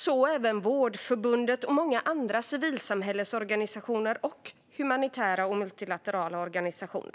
Så gör även Vårdförbundet samt många andra civilsamhällesorganisationer och humanitära och multilaterala organisationer.